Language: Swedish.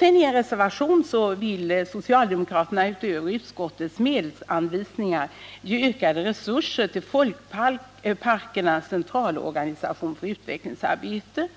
I reservationen 5 vill socialdemokraterna utöver utskottets medelsanvisningar ge ökade resurser till Folkparkernas centralorganisation för utvecklingsarbete.